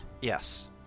Yes